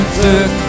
took